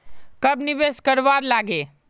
कब निवेश करवार लागे?